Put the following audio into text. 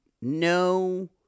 no –